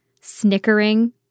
snickering